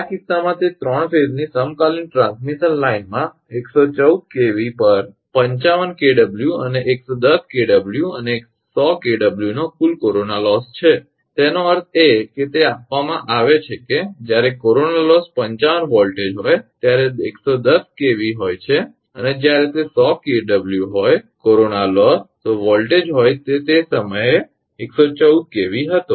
આ કિસ્સામાં કે 3 ફેઝ ની સમકાલીન ટ્રાન્સમિશન લાઇનમાં 114 𝑘𝑉 પર 55 𝑘𝑊 અને 110 𝑘𝑊 અને 100 𝑘𝑊 નો કુલ કોરોના લોસ છે તેનો અર્થ એ કે તે આપવામાં આવે છે કે જ્યારે કોરોના લોસ 55 વોલ્ટેજ હોય ત્યારે 110 કેવી હોય છે અને જ્યારે તે 100 𝑘𝑊 કોરોના લોસ વોલ્ટેજ હોય તો તે સમયે તે 114 𝑘𝑉 હતો